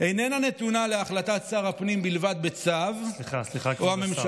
איננה נתונה להחלטת שר הפנים בלבד בצו או של הממשלה,